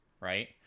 right